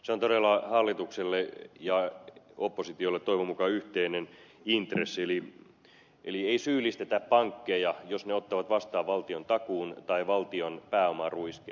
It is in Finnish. se on todella hallitukselle ja oppositiolle toivon mukaan yhteinen intressi eli ei syyllistetä pankkeja jos ne ottavat vastaan valtiontakuun tai valtion pääomaruiskeen